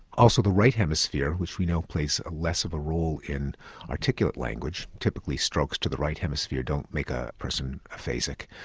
also the right hemisphere which we know plays less of a role in articulate language. typically, strokes to the right hemisphere don't make a person aphasic,